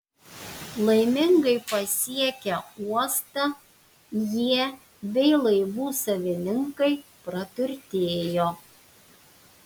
laimingai pasiekę uostą jie bei laivų savininkai praturtėjo